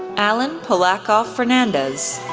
alen polakof fernandez,